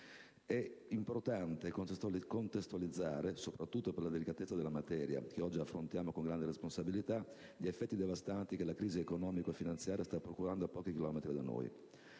È importante contestualizzare, soprattutto per la delicatezza della materia che oggi affrontiamo con grande responsabilità, gli effetti devastanti che la crisi economico-finanziaria sta producendo a pochi chilometri da noi.